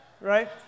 Right